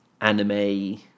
anime